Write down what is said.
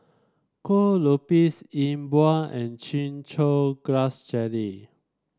Kue Lupis Yi Bua and Chin Chow Grass Jelly